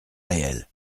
réel